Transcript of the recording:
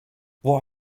what